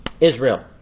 Israel